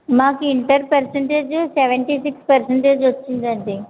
మాకు inter percentage seventy six percentage వచ్చిందండి